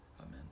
amen